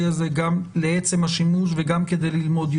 הזה גם לעצם השימוש וגם כדי ללמוד יותר.